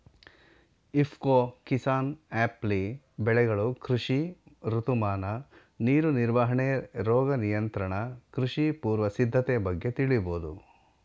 ಇಫ್ಕೊ ಕಿಸಾನ್ಆ್ಯಪ್ಲಿ ಬೆಳೆಗಳು ಕೃಷಿ ಋತುಮಾನ ನೀರು ನಿರ್ವಹಣೆ ರೋಗ ನಿಯಂತ್ರಣ ಕೃಷಿ ಪೂರ್ವ ಸಿದ್ಧತೆ ಬಗ್ಗೆ ತಿಳಿಬೋದು